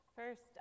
First